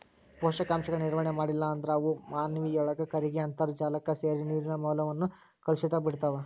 ಪೋಷಕಾಂಶಗಳ ನಿರ್ವಹಣೆ ಮಾಡ್ಲಿಲ್ಲ ಅಂದ್ರ ಅವು ಮಾನಿನೊಳಗ ಕರಗಿ ಅಂತರ್ಜಾಲಕ್ಕ ಸೇರಿ ನೇರಿನ ಮೂಲಗಳನ್ನ ಕಲುಷಿತ ಮಾಡ್ತಾವ